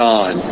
God